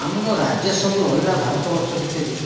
ଆମ ଯେଉଁ ରାଜ୍ୟ ସବୁ ରହିଲା ଭାରତବର୍ଷ ଭିତରେ